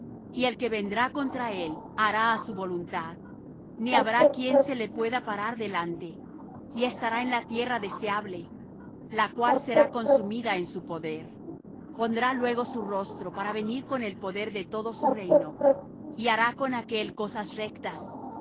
y el que vendrá contra él hará á su voluntad ni habrá quien se le pueda parar delante y estará en la tierra deseable la cual será consumida en su poder pondrá luego su rostro para venir con el poder de todo su reino y hará con aquél cosas rectas